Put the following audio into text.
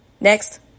Next